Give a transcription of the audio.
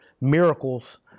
miracles